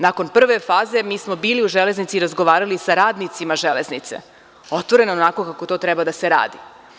Nakon prve faze mi smo bili u „Železnici“ i razgovarali sa radnicima „Železnice“, otvoreno, onako kako to treba da se radi.